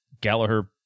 Gallagher